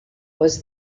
was